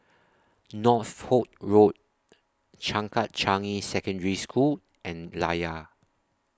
Northolt Road Changkat Changi Secondary School and Layar